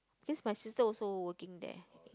cause my sister also working there